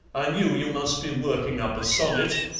i knew you must be working up a sonnet,